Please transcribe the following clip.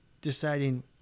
deciding